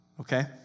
okay